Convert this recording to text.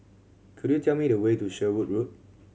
could you tell me the way to Sherwood Road